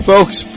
Folks